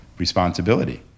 Responsibility